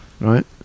right